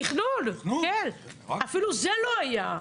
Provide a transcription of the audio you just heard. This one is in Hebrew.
תכנון, כן, אפילו זה לא היה.